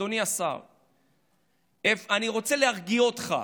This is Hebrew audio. אדוני השר, אני רוצה להרגיע אותך: